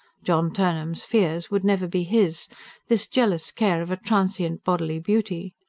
john turnham's fears would never be his this jealous care of a transient bodily beauty.